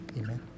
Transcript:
Amen